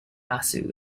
nassau